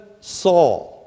Saul